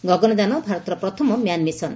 ଗଗନଯାନ ଭାରତର ପ୍ରଥମ man mission